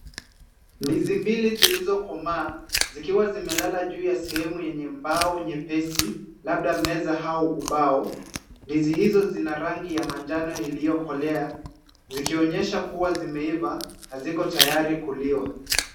Ndizi mbili zilizokomaa, zikiwa zimelala juu ya sehemu yenye mbao nyepesi labda meza au ubao. Ndizi hizo zina rangi ya manjano iliyokolea, zikionyesha kuwa zimeiva na ziko tayari kuliwa.